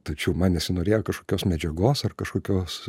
tačiau man nesinorėjo kažkokios medžiagos ar kažkokios